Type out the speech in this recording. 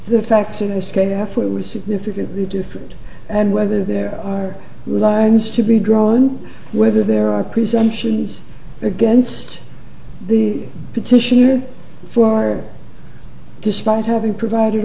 the facts and scaffold were significantly different and whether there are lines to be drawn whether there are presumptions against the petition here for despite having provided